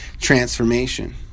transformation